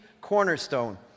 cornerstone